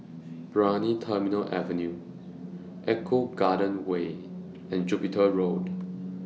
Brani Terminal Avenue Eco Garden Way and Jupiter Road